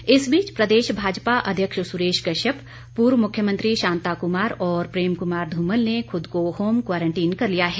quarantine इस बीच प्रदेश भाजपा अध्यक्ष सुरेश कश्यप पूर्व मुख्यमंत्री शांता कुमार और प्रेम कुमार धूमल ने खुद को होम क्वारंटीन कर लिया है